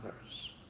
others